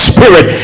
Spirit